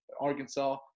Arkansas